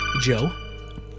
Joe